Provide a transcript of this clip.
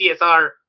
CSR